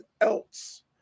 else